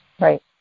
right